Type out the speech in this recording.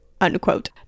unquote